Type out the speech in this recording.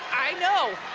i know.